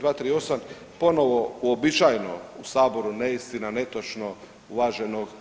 238., ponovo uobičajeno u saboru neistina, netočno, uvaženo.